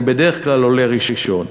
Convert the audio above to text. ואני בדרך כלל עולה ראשון,